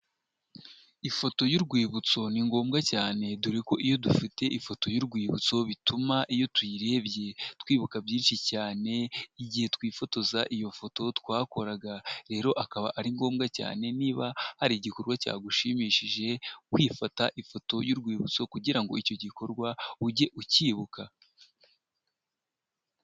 Ifoto y'urwibutso ni ngombwa cyane, dore ko iyo dufite ifoto y'urwibutso bituma iyo tuyirebye twibuka byinshi cyane, igihe twifotoza iyo foto twakoraga, rero akaba ari ngombwa cyane niba hari igikorwa cyagushimishije kwifata ifoto y'urwibutso kugira ngo icyo gikorwa ujye ucyibuka.